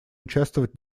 участвовать